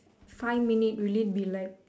five minute will it be like